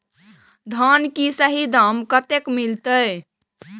धान की सही दाम कते मिलते?